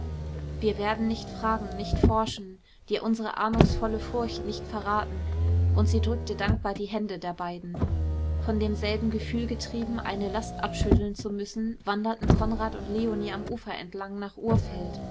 wir werden nicht fragen nicht forschen dir unsere ahnungsvolle furcht nicht verraten und sie drückte dankbar die hände der beiden von demselben gefühl getrieben eine last abschütteln zu müssen wanderten konrad und leonie am ufer entlang nach urfeld